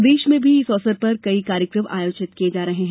प्रदेश में भी इस अवसर कई कार्यक्रम आयोजित किये जा रहे हैं